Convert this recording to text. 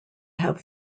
have